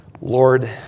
Lord